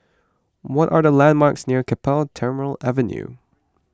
what are the landmarks near Keppel Terminal Avenue